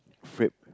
frappe